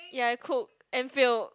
ya cook and failed